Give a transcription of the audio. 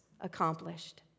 accomplished